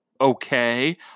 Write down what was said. Okay